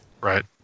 right